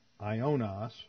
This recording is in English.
ionos